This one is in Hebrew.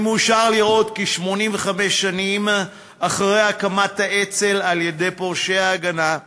אני מאושר לראות כי 85 שנים אחרי הקמת האצ"ל על-ידי פורשי "ההגנה"